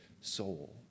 soul